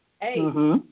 Hey